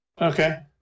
Okay